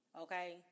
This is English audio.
okay